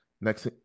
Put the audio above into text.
next